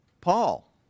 Paul